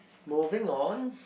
moving on